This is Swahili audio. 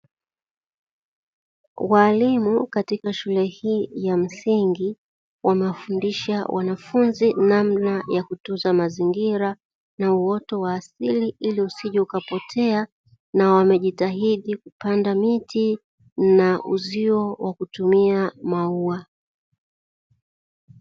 Walimu katika shule hii ya msingi wanawafundiaha wanafunzi namna ya kutunza mazingira, na uoto wa asili ili usije ukapotea na wakejitahidi kupanda miti na uzio kwa kutumia maua.